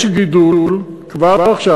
יש גידול כבר עכשיו.